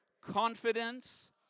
confidence